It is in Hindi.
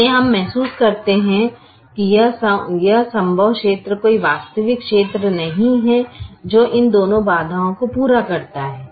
इसलिए हम महसूस करते हैं कि यह संभव क्षेत्र कोई वास्तविक क्षेत्र नहीं है जो इन दोनों बाधाओं को पूरा करता है